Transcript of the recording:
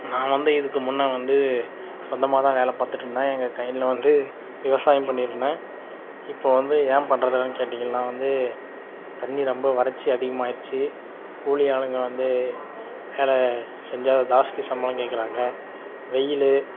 நான் வந்து இதுக்கு முன்னே வந்து சொந்தமாதான் வேலை பார்த்துட்டுருந்தேன் எங்கள் கையனியில் வந்து விவசாய பண்ணியிருந்தேன் இப்போ வந்து ஏன் பண்றதில்லைனு கேட்டீங்கள்னால் வந்து தண்ணி ரொம்ப வறட்சி அதிகமாயிடுச்சி கூலி ஆளுங்க வந்து வேலை செஞ்சால் ஜாஸ்தி சம்பளம் கேட்குறாங்க வெயில்